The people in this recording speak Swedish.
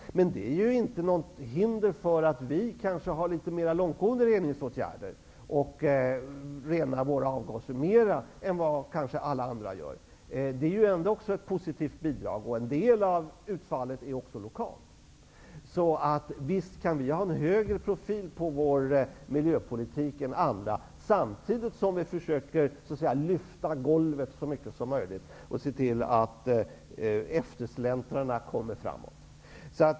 Men det är inget hinder för att Sverige kanske har litet mera långtgående reningsåtgärder och att vi renar våra avgaser litet mera än vad alla andra gör. Det är också ett positivt bidrag, och en del av utfallet är också lokalt. Visst kan vi ha en högre profil i vår miljöpolitik än andra, samtidigt som vi försöker så att säga lyfta golvet så mycket som möjligt och se till att eftersläntarna kommer framåt.